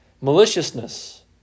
maliciousness